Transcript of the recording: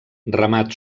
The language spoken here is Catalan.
remat